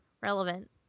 relevant